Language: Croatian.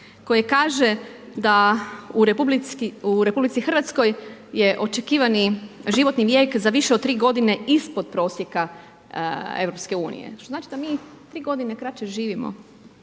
koji kaže da u RH je očekivani životni vijek za više od 3 g. ispod prosjeka EU, što znači da mi 3 g. kraće živimo.